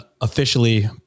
officially